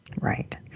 right